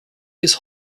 bis